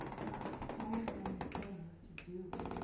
there are so many things to do.